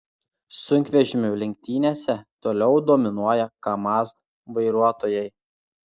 sunkvežimių lenktynėse toliau dominuoja kamaz vairuotojai